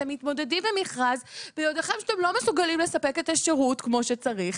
אתם מתמודדים במכרז ביודעיכם שאתם לא מסוגלים לספק את השירות כמו שצריך.